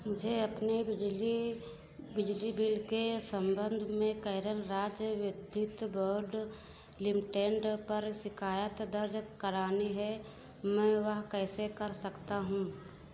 मुझे अपने बिजली बिजली बिल के संबंध में केरल राज्य विद्युत बोर्ड लिमिटेन्ड पर शिकायत दर्ज करानी है मैं वह कैसे कर सकता हूँ